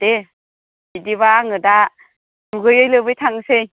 अ' दे बिदिबा आङो दा दुगैयै लोबै थांसै